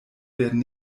werden